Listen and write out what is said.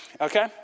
Okay